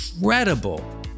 incredible